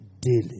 daily